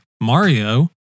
Mario